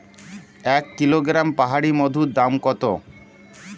এক কিলোগ্রাম পাহাড়ী মধুর দাম কত?